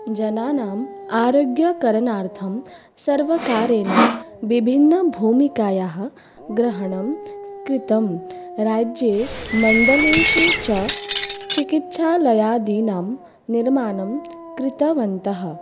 जनानाम् आरोग्यकरणार्थं सर्वकारेण विभिन्नभूमिकायाः ग्रहणं कृतम् राज्ये मण्डलेषु च चिकित्सालयादीनां निर्माणं कृतवन्तः